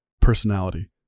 personality